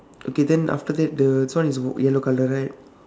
okay then after that the one is yellow colour right